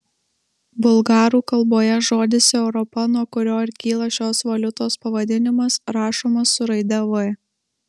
bulgarų kalboje žodis europa nuo kurio ir kyla šios valiutos pavadinimas rašomas su raide v